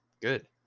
good